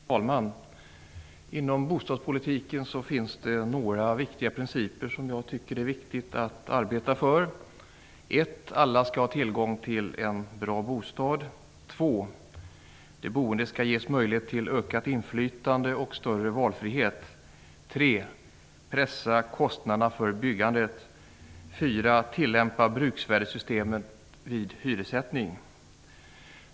Herr talman! Inom bostadspolitiken finns det några viktiga principer som jag tycker att det är viktigt att arbeta för. 1. Alla skall ha tillgång till en bra bostad. 2. De boende skall ges möjlighet till ökat inflytande och större valfrihet. 3. Pressa kostnaderna för byggandet! 4. Tillämpa bruksvärdessystemet vid hyressättning!